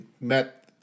met